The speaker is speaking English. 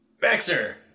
Baxter